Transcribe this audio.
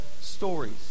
stories